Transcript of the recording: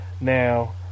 Now